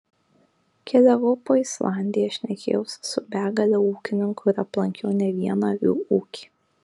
keliavau po islandiją šnekėjausi su begale ūkininkų ir aplankiau ne vieną avių ūkį